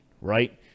Right